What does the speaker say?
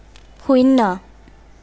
শূন্য়